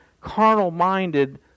carnal-minded